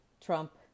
Trump